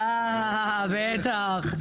אה, בטח.